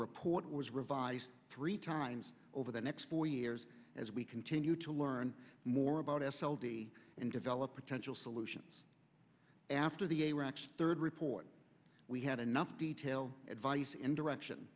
report was revised three times over the next four years as we continue to learn more about s l d and develop potential solutions after the a wrench third report we had enough detail advice in direction